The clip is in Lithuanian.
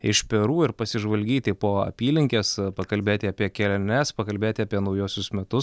iš peru ir pasižvalgyti po apylinkes pakalbėti apie keliones pakalbėti apie naujuosius metus